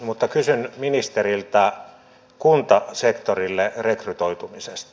mutta kysyn ministeriltä kuntasektorille rekrytoitumisesta